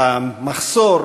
המחסור,